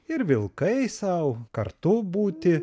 ir vilkai sau kartu būti